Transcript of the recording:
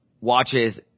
watches